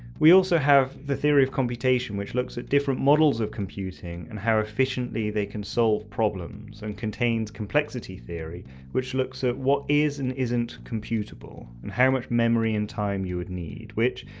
we have the theory of computation which looks at different models of computing and how efficiently they can solve problems and contains complexity theory which looks at what is and isn't computable and how much memory and time you would need, which,